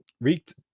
wreaked